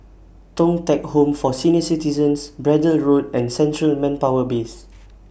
Thong Teck Home For Senior Citizens Braddell Road and Central Manpower Base